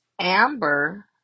Amber